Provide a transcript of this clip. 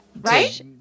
right